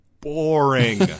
boring